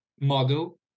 Model